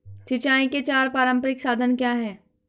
सिंचाई के चार पारंपरिक साधन क्या हैं?